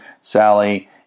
Sally